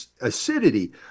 acidity